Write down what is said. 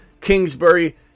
Kingsbury